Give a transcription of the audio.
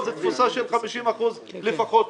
זו תפוסה של 50 אחוזים לפחות.